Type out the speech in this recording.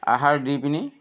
আহাৰ দিপিনি